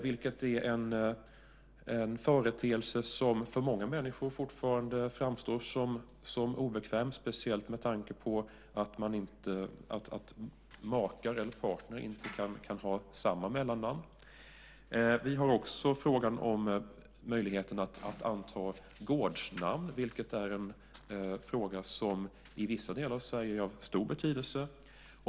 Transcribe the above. Det är en företeelse som för många människor fortfarande framstår som obekväm, speciellt med tanke på att makar eller partner inte kan ha samma mellannamn. Vi har också frågan om möjligheten att anta gårdsnamn. Det är en fråga som är av stor betydelse i vissa delar av Sverige.